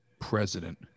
president